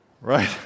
right